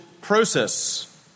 process